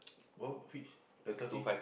oh which rental fee